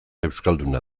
euskalduna